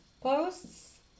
posts